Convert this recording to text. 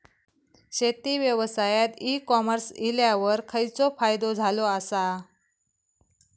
शेती व्यवसायात e commerce इल्यावर खयचो फायदो झालो आसा?